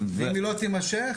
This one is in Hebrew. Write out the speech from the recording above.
והלוואי שרק ימשיך.